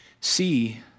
See